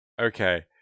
Okay